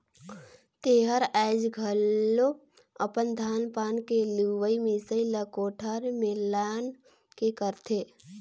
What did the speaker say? तेहर आयाज घलो अपन धान पान के लुवई मिसई ला कोठार में लान के करथे